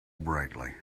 brightly